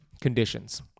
conditions